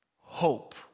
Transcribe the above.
hope